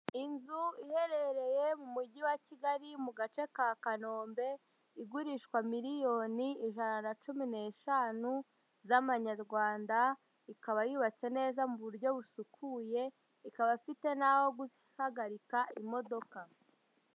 Inzu iherereye mu mujyi wa Kigali, mu gace ka Kanombe, igurishwa miliyoni ijana na cumi n'eshanu z'amanyarwanda, ikaba yubatse neza mu buryo busukuye, ikaba ifite n'aho guhagarika imodoka.